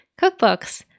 Cookbooks